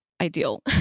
ideal